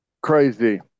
Crazy